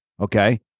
okay